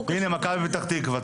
מכבי פתח תקווה,